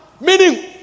meaning